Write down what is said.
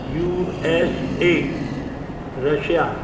USA Russia